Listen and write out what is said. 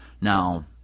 Now